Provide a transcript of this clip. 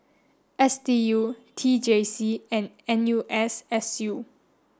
S D U T J C and N U S S U